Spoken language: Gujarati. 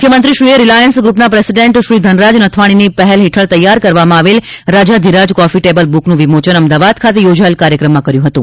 મુખ્યમંત્રીશ્રીએ રિલાયન્સ ગૃપના પ્રેસિડેન્ટ શ્રી ધનરાજ નથવાણીની પહેલ હેઠળ તૈયાર કરવામાં આવેલ રાજાધિરાજ કોફી ટેબલ બુકનું વિમોચનઅમદાવાદ ખાતે યોજાયેલ કાર્યક્રમમાં કર્યું હતું